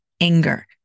anger